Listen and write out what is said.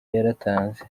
yaratanze